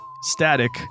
Static